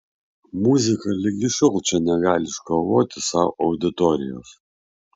muzika ligi šiol čia negali iškovoti sau auditorijos